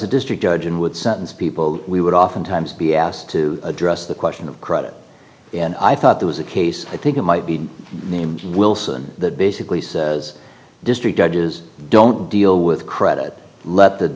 a district judge and would sentence people we would oftentimes be asked to address the question of credit and i thought there was a case i think it might be named wilson that basically says district judges don't deal with credit let the